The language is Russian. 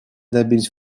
добились